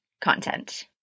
content